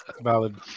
Valid